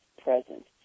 present